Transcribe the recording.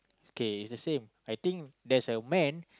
okay it's the same I think there's a man